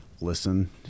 listen